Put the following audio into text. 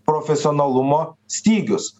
profesionalumo stygius